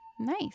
Nice